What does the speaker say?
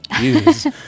use